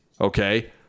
okay